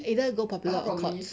eh then I go popular courts